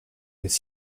with